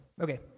okay